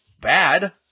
bad